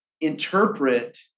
interpret